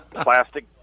plastic